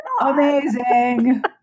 amazing